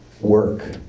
work